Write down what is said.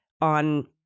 on